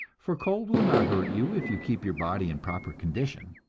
for cold will not hurt you if you keep your body in proper condition.